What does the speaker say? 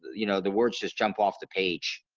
you know the words just jump off the page